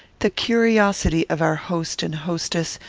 the curiosity of our host and hostess,